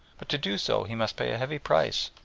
but to do so he must pay a heavy price,